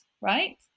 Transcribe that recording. right